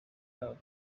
love